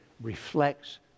reflects